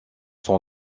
sont